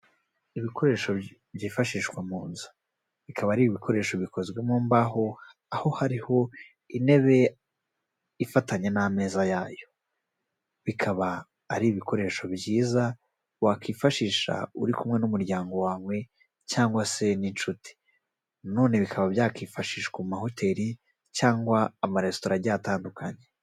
Ibikoresho byifashishwa mu nzu, bikaba ari ibikoresho bikozwe mu mbaho aho hariho intebe ifatanye n'amezaza yayo, bikaba ari ibikoresho byiza wakwifashisha uri kumwe n'umuryango wawe cyangwa se n'inshuti none bikaba byakwifashishwa mu mahoteli cyangwa amaresitora agiyetandukanye.